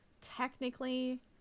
technically